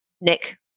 Nick